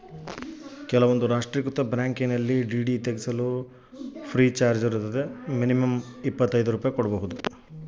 ಒಂದು ಲಕ್ಷ ರೂಪಾಯಿ ಡಿ.ಡಿ ಕಳಸಾಕ ಎಷ್ಟು ಚಾರ್ಜ್?